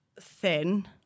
thin